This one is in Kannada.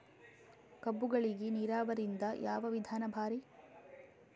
ಕಬ್ಬುಗಳಿಗಿ ನೀರಾವರಿದ ಯಾವ ವಿಧಾನ ಭಾರಿ?